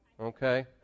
Okay